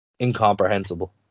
incomprehensible